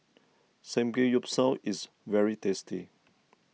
Samgeyopsal is very tasty